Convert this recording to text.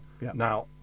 Now